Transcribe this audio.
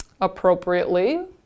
appropriately